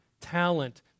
talent